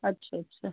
ਅੱਛਾ ਅੱਛਾ